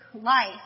life